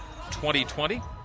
2020